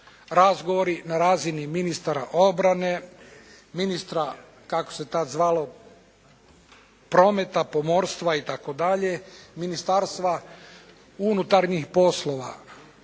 Razgovori na razini ministara obrane, ministra kako se tad zvalo prometa, pomorstva itd., Ministarstva unutarnjih poslova.